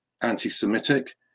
anti-Semitic